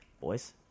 Boys